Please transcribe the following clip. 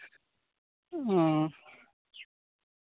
ᱚ